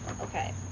Okay